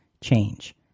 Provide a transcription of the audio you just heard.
change